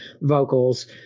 vocals